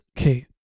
okay